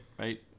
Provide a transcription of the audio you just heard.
right